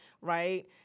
right